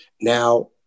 now